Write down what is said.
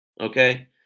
okay